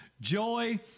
Joy